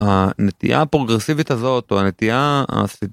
הנטייה הפרוגרסיבית הזאת, או הנטייה הסי....